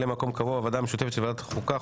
מקום קבוע בוועדה המשותפת של ועדת החוקה,